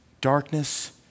darkness